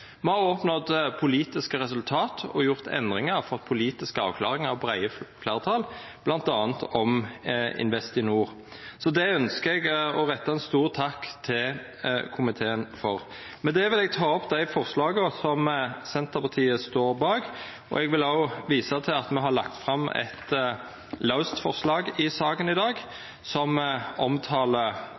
me få til. Me har oppnådd politiske resultat, gjort endringar og fått politiske avklaringar og breie fleirtal, bl.a.om Investinor. Det ønskjer eg å retta ein stor takk til komiteen for. Med det vil eg ta opp dei forslaga som Senterpartiet står bak. Eg vil òg visa til at me har lagt fram eit forslag i saka i dag som